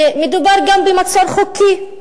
ומדובר גם במצור חוקי,